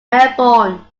melbourne